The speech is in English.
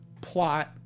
plot